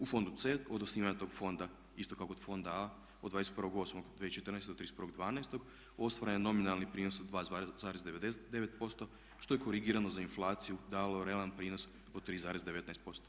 U fondu C od osnivanja tog fonda, isto kao kod fonda A od 21.8.2014. do 31.12. ostvaren je nominalni prinos od 2,99% što je korigirano za inflaciju dalo realan prinos od 3,19%